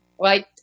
right